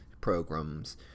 programs